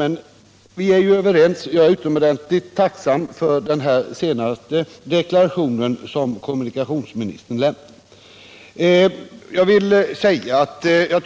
Men vi är nu överens, och jag är utomordentligt tacksam för kommunikationsministerns senaste